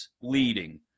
leading